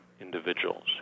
individuals